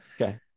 Okay